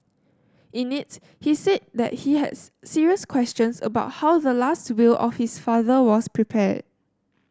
in it he said that he has serious questions about how the last will of his father was prepared